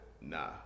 Nah